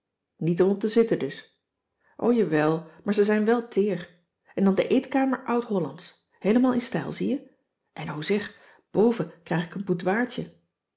niet om op te zitten dus o jawel maar ze zijn wel teer en dan de eetkamer oud hollandsch heelemaal in stijl zie je en o zeg boven krijg ik een